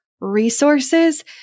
resources